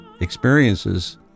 experiences